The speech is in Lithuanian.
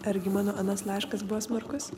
argi mano anas laiškas buvo smarkus